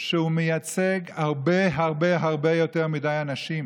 שהוא מייצג הרבה הרבה הרבה יותר מדי אנשים